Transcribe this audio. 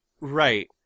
Right